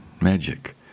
magic